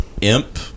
imp